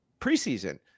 preseason